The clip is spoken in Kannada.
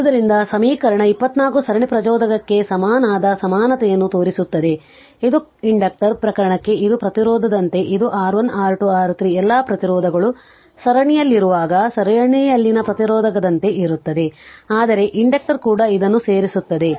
ಆದ್ದರಿಂದ ಸಮೀಕರಣ 24 ಸರಣಿ ಪ್ರಚೋದಕಕ್ಕೆ ಸಮನಾದ ಸಮಾನತೆಯನ್ನು ತೋರಿಸುತ್ತದೆ ಇದು ಇಂಡಕ್ಟರ್ ಪ್ರಕರಣಕ್ಕೆ ಇದು ಪ್ರತಿರೋಧದಂತೆ ಇದು R1 R2 R3 ಎಲ್ಲಾ ಪ್ರತಿರೋಧಗಳು ಸರಣಿಯಲ್ಲಿರುವಾಗ ಸರಣಿಯಲ್ಲಿನ ಪ್ರತಿರೋಧಕದಂತೆಯೇ ಇರುತ್ತದೆ ಆದರೆ ಇಂಡಕ್ಟರ್ ಕೂಡ ಅದನ್ನು ಸೇರಿಸುತ್ತದೆ